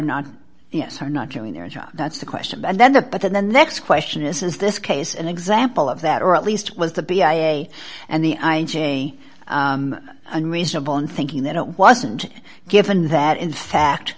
not yes are not doing their job that's the question and then the but then the next question is is this case an example of that or at least was the b i a and the i j unreasonable in thinking that it wasn't given that in fact